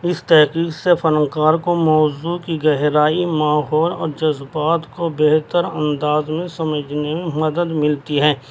اس تحقیق سے فنکار کو موضوع کی گہرائی ماحول اور جذبات کو بہتر انداز میں سمجھنے میں مدد ملتی ہے